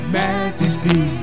majesty